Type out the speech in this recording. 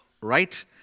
right